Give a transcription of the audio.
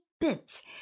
bits